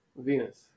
Venus